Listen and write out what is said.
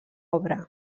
obra